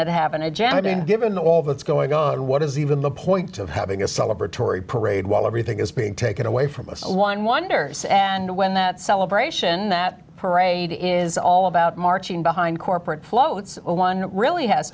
that have an agenda and given all that's going on what is even the point of having a celebratory parade while everything is being taken away from us one wonders and when that celebration that parade is all about marching behind corporate floats one really has